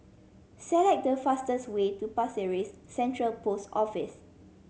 select the fastest way to Pasir Ris Central Post Office